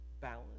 balance